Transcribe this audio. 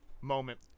moment